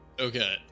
Okay